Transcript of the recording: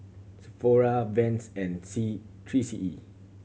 Sephora Vans and C Three C E